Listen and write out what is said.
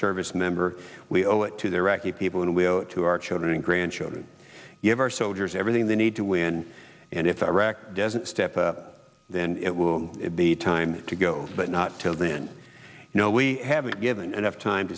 service member we owe it to the iraqi people and we owe it to our children and grandchildren give our soldiers everything they need to win and if iraq doesn't step up then it will be time to go but not till then you know we haven't given enough time